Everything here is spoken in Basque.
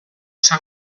san